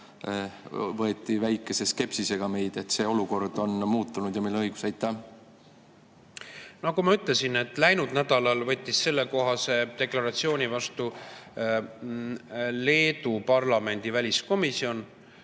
meid väikese skepsisega. Olukord on muutunud ja meil on õigus. Nagu ma ütlesin, läinud nädalal võttis sellekohase deklaratsiooni vastu Leedu parlamendi väliskomisjon.